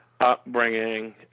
upbringing